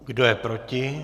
Kdo je proti?